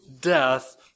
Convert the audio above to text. death